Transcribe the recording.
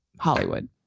Hollywood